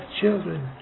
children